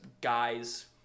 guys